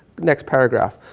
next paragraph.